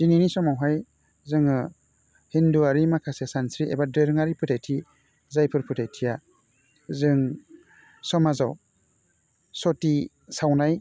दिनैनि समावहाय जोङो हिन्दुआरि माखासे सानस्रि एबा दोरोङारि फोथायथि जायफोर फोथायथिया जों समाजाव सथि सावनाय